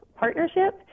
partnership